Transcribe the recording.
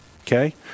okay